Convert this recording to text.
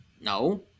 No